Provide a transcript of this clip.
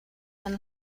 iban